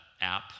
app